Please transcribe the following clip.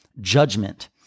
judgment